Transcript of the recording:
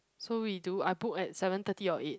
so we do I book at seven thirty or eight